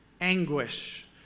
anguish